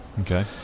Okay